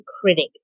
critic